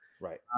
Right